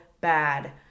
bad